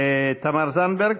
תמר זנדברג,